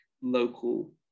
local